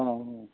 অঁ